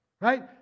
right